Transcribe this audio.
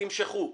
תמשכו.